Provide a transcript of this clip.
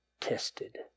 tested